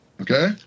okay